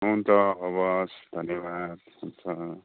हुन्छ हवस् धन्यवाद हुन्छ